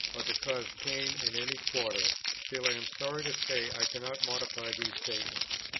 or to cause pain in any quarter still i am sorry to say i cannot modify these statements.